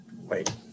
Wait